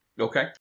Okay